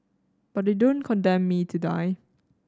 but they don't condemn me to die